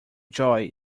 joy